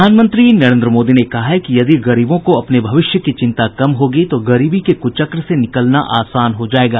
प्रधानमंत्री नरेंद्र मोदी ने कहा है कि यदि गरीबों को अपने भविष्य की चिंता कम होगी तो गरीबी के कुचक्र से निकलना आसान हो जायेगा